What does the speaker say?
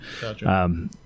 Gotcha